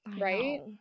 Right